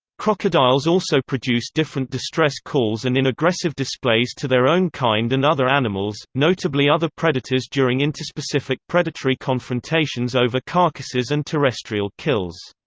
crocodiles also produce different distress calls and in aggressive displays to their own kind and other animals notably notably other predators during interspecific predatory confrontations over carcasses and terrestrial kills.